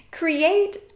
Create